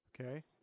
Okay